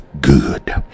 good